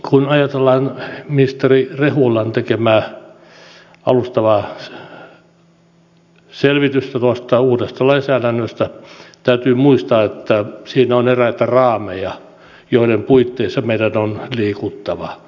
kun ajatellaan ministeri rehulan tekemää alustavaa selvitystä tuosta uudesta lainsäädännöstä täytyy muistaa että siinä on eräitä raameja joiden puitteissa meidän on liikuttava